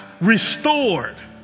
restored